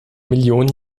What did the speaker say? millionen